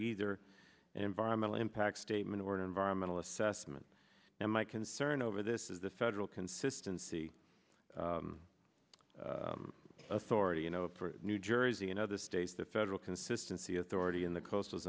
either an environmental impact statement or an environmental assessment and my concern over this is the federal consistency authority you know new jersey and other states the federal consistency authority in the c